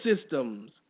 systems